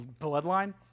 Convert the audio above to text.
bloodline